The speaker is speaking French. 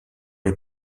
les